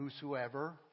whosoever